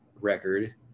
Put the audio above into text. record